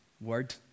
word